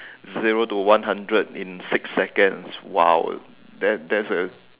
zero to one hundred in six seconds !wow! that that's a